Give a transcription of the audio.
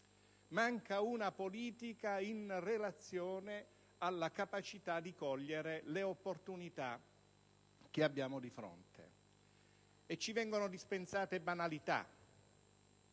una politica in relazione alla capacità di cogliere le opportunità che abbiamo di fronte. Ci vengono dispensate banalità.